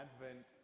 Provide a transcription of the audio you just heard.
Advent